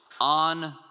on